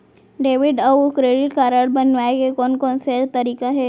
Debit अऊ credit card बनवाए के कोन कोन से तरीका हे?